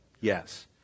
Yes